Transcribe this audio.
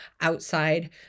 outside